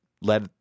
let